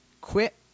Quit